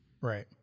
Right